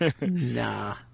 nah